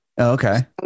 Okay